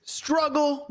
struggle